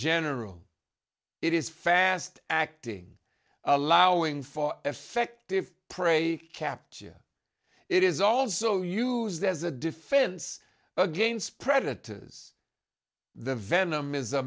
general it is fast acting allowing for effective prey capture it is also used as a defense against predators the venom is a